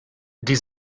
die